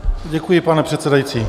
Děkuji, pane předsedající.